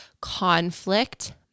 conflict